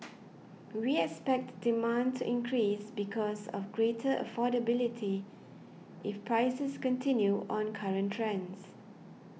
we expect demand to increase because of greater affordability if prices continue on current trends